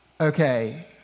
Okay